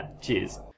Cheers